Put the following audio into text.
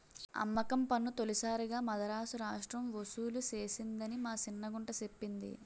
అమ్మకం పన్ను తొలిసారిగా మదరాసు రాష్ట్రం ఒసూలు సేసిందని మా సిన్న గుంట సెప్పింది